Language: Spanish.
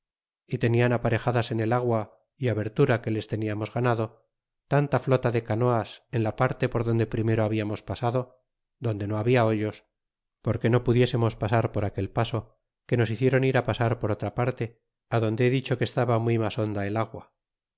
y tenian aparejadas en el agua y abertura que les teniamos ganado tanta flota de canoas en la parte por donde primero habíamos pasado donde no habla hoyos porque no pudiésemos pasar por aquel paso que nos hicieron ir pasar por otra parte adonde he dicho que estaba muy mas honda el agua